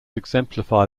exemplify